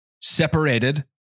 Separated